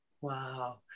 Wow